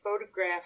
photograph